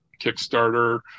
Kickstarter